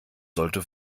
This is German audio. sollte